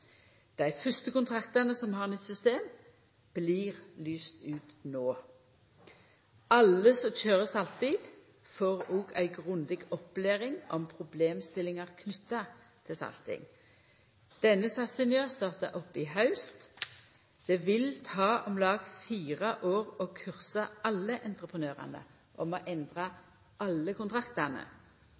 Dei fyrste kontraktane som har nytt system, blir lyste ut no. Alle som køyrer saltbil, får òg ei grundig opplæring om problemstillingar knytte til salting. Denne satsinga starta opp i haust. Det vil ta om lag fire år å kursa alle entreprenørane og å endra alle